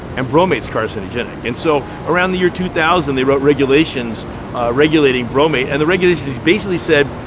and bromate is carcinogenic. and so around the year two thousand they wrote regulations regulating bromate. and the regulation basically said,